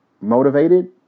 Motivated